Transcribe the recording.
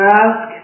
ask